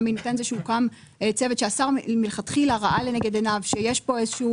בהינתן זה שהוקם איזשהו צוות שהשר מלכתחילה ראה לנגד עיניו שיש כאן איזשהו